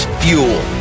fuel